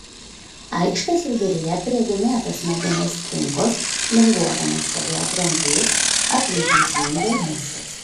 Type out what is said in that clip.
aikštės viduryje prie dėmėtos medinės trinkos linguodamas stovėjo dramblys aplink jį zvimbė musės